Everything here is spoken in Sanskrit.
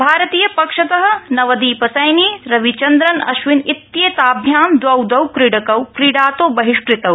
भारतीय पक्षत नवदीप सैनी रविचन्द्रन अश्विन् इत्येताभ्यां द्वौ द्वौ कीडकौ क्रीडातो बहिष्कृतौ